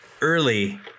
early –